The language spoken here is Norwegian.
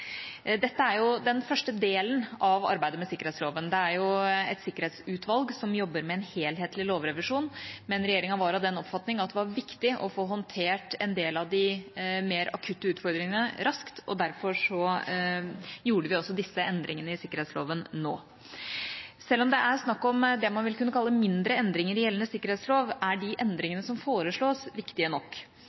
Dette er den første delen av arbeidet med sikkerhetsloven. Det er et sikkerhetsutvalg som jobber med en helhetlig lovrevisjon, men regjeringa var av den oppfatning at det var viktig å få håndtert en del av de mer akutte utfordringene raskt, og derfor gjorde vi altså disse endringene i sikkerhetsloven nå. Selv om det er snakk om det man vil kunne kalle mindre endringer i gjeldende sikkerhetslov, er de endringene som foreslås, viktige nok.